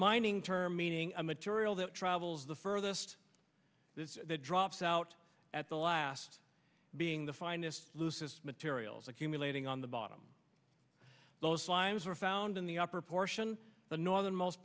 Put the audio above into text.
mining term meaning a material that travels the furthest that drops out at the last being the finest lucis materials accumulating on the bottom those lines were found in the upper portion the northernmost